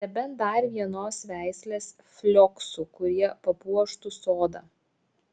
nebent dar vienos veislės flioksų kurie papuoštų sodą